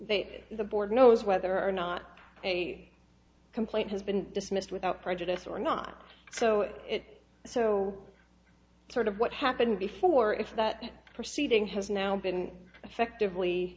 the board knows whether or not a complaint has been dismissed without prejudice or not so it so sort of what happened before if that proceeding has now been effectively